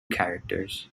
characters